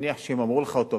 מניח שאם אמרו לך אותו,